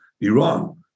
Iran